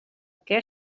què